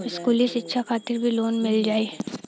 इस्कुली शिक्षा खातिर भी लोन मिल जाई?